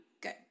Good